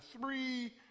three